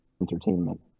entertainment